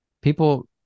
People